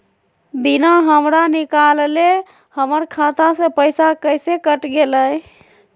बिना हमरा निकालले, हमर खाता से पैसा कैसे कट गेलई?